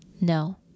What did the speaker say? No